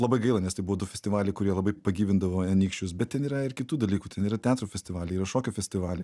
labai gaila nes tai buvo du festivaliai kurie labai pagyvindavo anykščius bet ten yra ir kitų dalykų ten yra teatro festivaliai yra šokio festivaliai